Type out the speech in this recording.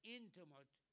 intimate